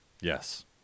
Yes